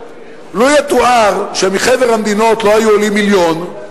לו יתואר שמחבר המדינות לא היו עולים מיליון,